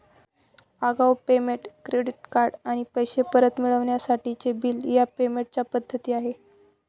आगाऊ payment, credit card आणि पैसे परत मिळवण्यासाठीचे बिल ह्या पेमेंट च्या पद्धती आहे